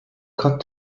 cut